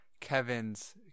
Kevin's